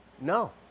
No